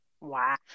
Wow